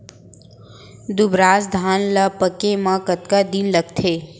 दुबराज धान ला पके मा कतका दिन लगथे?